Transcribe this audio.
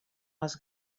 els